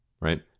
right